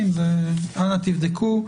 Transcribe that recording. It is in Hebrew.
אנא תבדקו.